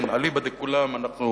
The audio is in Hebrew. כן, אליבא דכולם אנחנו,